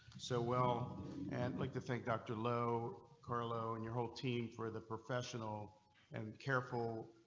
so well and like to thank doctor lowe carlo and your whole team for the professional and careful.